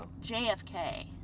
JFK